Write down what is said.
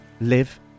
live